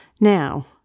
Now